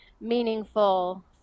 meaningful